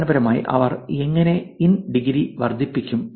അടിസ്ഥാനപരമായി അവർ എങ്ങനെ ഇൻ ഡിഗ്രി വർദ്ധിപ്പിക്കും